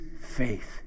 faith